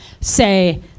say